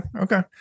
okay